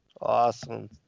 Awesome